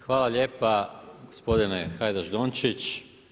Hvala lijepa gospodine Hajdaš Dončić.